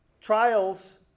trials